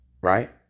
right